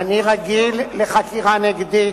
אני רגיל לחקירה נגדית,